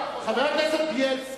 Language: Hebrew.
חבר הכנסת בילסקי.